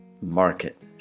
Market